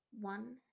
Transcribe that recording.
One